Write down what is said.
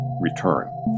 return